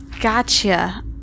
Gotcha